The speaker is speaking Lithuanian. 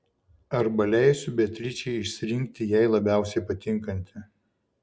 arba leisiu beatričei išsirinkti jai labiausiai patinkantį